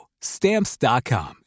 Stamps.com